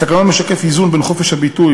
התקנון משקף איזון בין חופש הביטוי